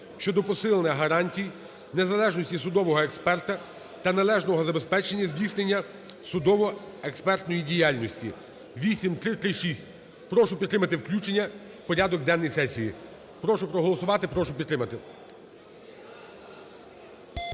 щодо посилення гарантій незалежності судового експерта та належного забезпечення здійснення судово-експертної діяльності. 8336. Прошу підтримати включення в порядок денний сесії. Прошу проголосувати. Прошу підтримати.